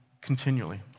continually